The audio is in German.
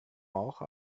auch